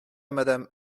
madame